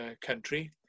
country